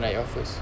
like your first